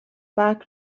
back